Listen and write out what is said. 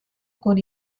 con